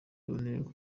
yaboneyeho